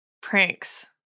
pranks